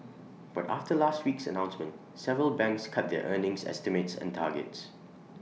but after last week's announcement several banks cut their earnings estimates and targets